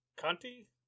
Conti